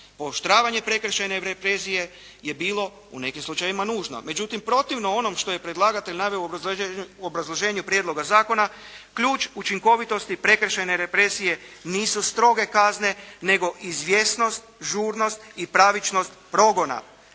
Pooštravanje prekršajne represije je bilo u nekim slučajevima nužno, međutim protivno onom što je predlagatelj naveo u obrazloženju prijedloga zakona, ključ učinkovitosti prekršajne represije nisu stroge kazne nego izvjesnost, žurnost i pravičnost progona.